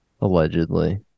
Allegedly